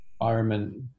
environment